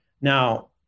Now